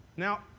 Now